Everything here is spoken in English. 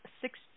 six